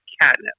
catnip